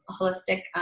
holistic